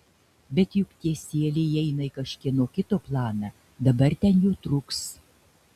bet juk tie sieliai įeina į kažkieno kito planą dabar ten jų truks